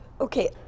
Okay